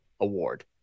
award